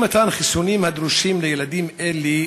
אי-מתן חיסונים הדרושים לילדים אלה,